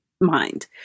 mind